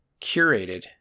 curated